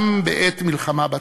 גם בעת מלחמה בטרור.